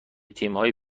تیمهای